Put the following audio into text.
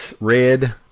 red